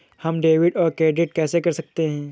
हम डेबिटऔर क्रेडिट कैसे कर सकते हैं?